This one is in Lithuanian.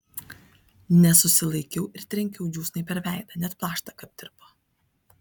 nesusilaikiau ir trenkiau džiūsnai per veidą net plaštaka aptirpo